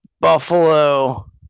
Buffalo